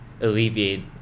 alleviate